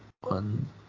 One